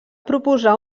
proposar